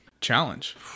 Challenge